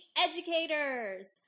educators